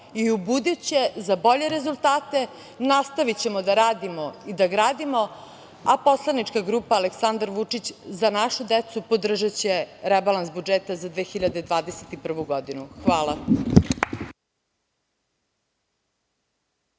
i u buduće za bolje rezultate. Nastavićemo da radimo i da gradimo, a Poslanička grupa Aleksandar Vučić – Za našu decu podržaće rebalans budžeta za 2021. godinu. Hvala.